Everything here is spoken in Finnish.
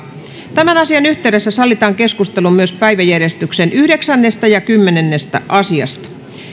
tämän asian yhteydessä sallitaan keskustelu myös päiväjärjestyksen yhdeksäs ja kymmenennestä asiasta